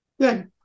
Good